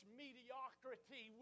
mediocrity